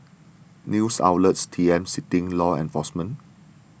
news outlet T M citing law enforcement